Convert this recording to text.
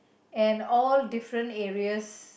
and all different areas